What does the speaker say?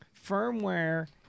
firmware